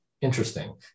Interesting